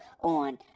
on